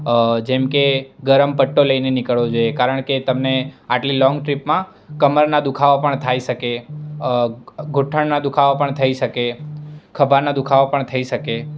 જેમ કે ગરમ પટ્ટો લઈને નીકળવું જોઈએ કારણકે તમે આટલી લોન્ગ ટ્રીપમાં કમરના દુ ખાવા પણ થઈ શકે ગોઠણના દુ ખાવા પણ થઈ શકે ખભાના દુ ખાવા પણ થઈ શકે